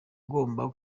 agomba